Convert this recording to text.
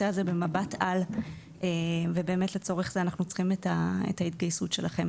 הזה במבט על ובאמת לצורך זה אנחנו צריכים את ההתגייסות שלכם.